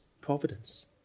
providence